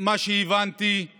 מה שהבנתי הוא